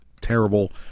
terrible